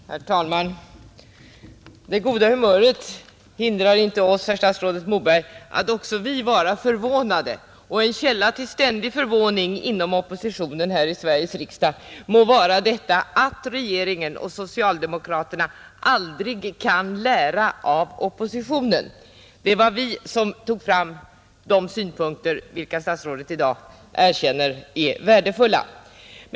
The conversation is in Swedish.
Herr talman! Det goda humöret hindrar inte, herr statsrådet Moberg, att också vi är förvånade. Och en källa till ständig förvåning inom oppositionen här i Sveriges riksdag är detta att regeringen och socialdemokraterna aldrig kan lära av oppositionen. Det var vi som tog fram de synpunkter, vilka statsrådet i dag erkänner är värdefulla.